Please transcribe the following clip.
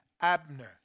Abner